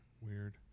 weird